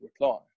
reply